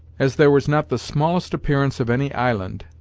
as there was not the smallest appearance of any island,